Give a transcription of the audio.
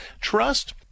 Trust